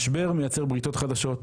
משבר מייצר בריתות חדשות,